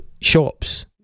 shops